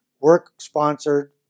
work-sponsored